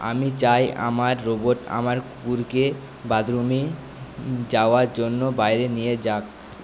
আমি চাই আমার রোবট আমার কুকুরকে বাথরুমে যাওয়ার জন্য বাইরে নিয়ে যাক